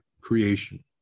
creation